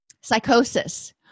Psychosis